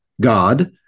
God